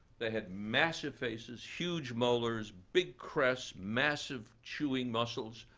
they had massive faces, huge molars, big crests, massive chewing muscles,